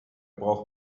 braucht